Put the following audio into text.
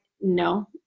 no